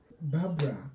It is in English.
Barbara